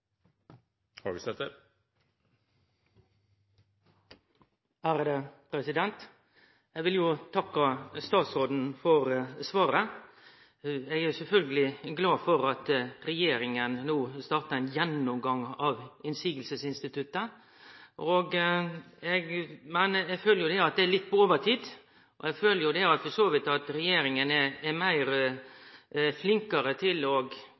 glad for at regjeringa no startar ein gjennomgang av motsegnsinstituttet, men eg føler at det er litt på overtid. Eg føler for så vidt at regjeringa er flinkare til å gjennomgå og